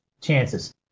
chances